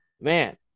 man